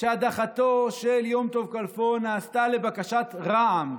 שהדחתו של יום טוב כלפון נעשתה לבקשת רע"מ,